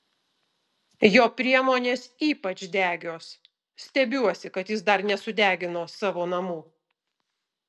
jo priemonės ypač degios stebiuosi kad jis dar nesudegino savo namų